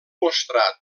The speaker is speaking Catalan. mostrar